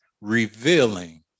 revealing